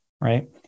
right